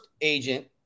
agent